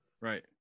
right